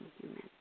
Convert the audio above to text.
human